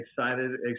Excited